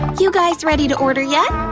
you guys ready to order yet?